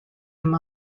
him